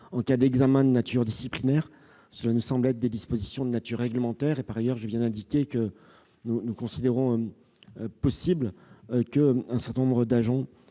en cas d'examen de nature disciplinaire. Ces dispositions nous semblent être des dispositions de nature réglementaire. Par ailleurs, je viens d'indiquer que nous considérons comme possible qu'un certain nombre d'agents